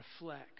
reflect